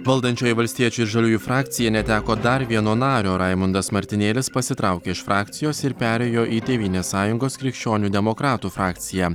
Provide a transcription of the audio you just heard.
valdančioji valstiečių ir žaliųjų frakcija neteko dar vieno nario raimundas martinėlis pasitraukė iš frakcijos ir perėjo į tėvynės sąjungos krikščionių demokratų frakciją